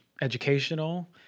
educational